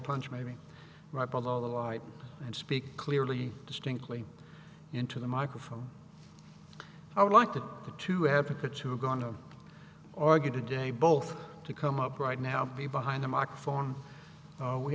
punch maybe right below the light and speak clearly distinctly into the microphone i would like to get to have tickets who are going to argue today both to come up right now be behind the microphone oh we